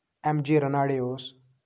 M J Ranade اوس